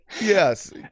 yes